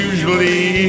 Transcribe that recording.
Usually